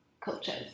cultures